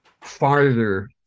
farther